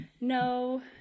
no